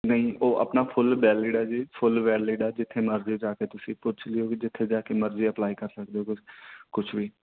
ਨਹੀਂ ਉਹ ਆਪਣਾ ਫੁੱਲ ਵੈਲਿਡ ਆ ਜੀ ਫੁੱਲ ਵੈਲਿਡ ਆ ਜਿੱਥੇ ਮਰਜੀ ਜਾ ਕੇ ਤੁਸੀਂ ਪੁੱਛ ਲਿਓ ਵੀ ਜਿੱਥੇ ਜਾ ਕੇ ਮਰਜੀ ਅਪਲਾਈ ਕਰ ਸਕਦੇ ਹੋ ਕੁ ਕੁਛ ਵੀ